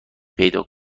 پیدا